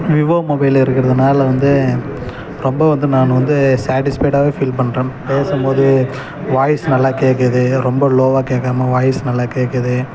Vivo mobile இருக்கிறதுனால வந்து ரொம்ப வந்து நான் வந்து சேட்டிஸ்ஃபைடாகவே ஃபீல் பண்றேன் பேசும்போது வாய்ஸ் நல்லா கேட்குது ரொம்ப லோவாக கேட்காம வாய்ஸ் நல்லா கேட்குது